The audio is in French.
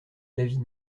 l’avis